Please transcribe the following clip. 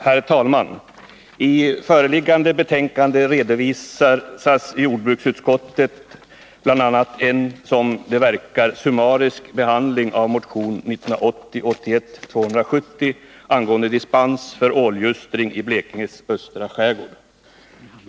Herr talman! I föreliggande betänkande redovisar jordbruksutskottet bl.a. en, som det verkar, summarisk behandling av motion 1980/81:270 angående dispens för ålljustring i Blekinges östra skärgård.